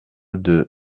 deux